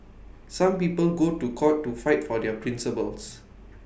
some people go to court to fight for their principles